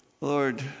Lord